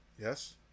Yes